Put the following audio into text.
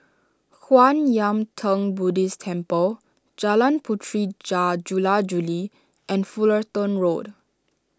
Kwan Yam theng Buddhist Temple Jalan Puteri Jar Jula Juli and Fullerton Road